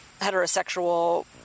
heterosexual